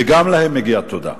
וגם להם מגיעה תודה.